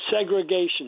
segregation